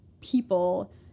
people